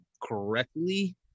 correctly